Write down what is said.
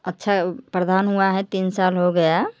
अच्छा प्रधान हुआ है तीन साल हो गया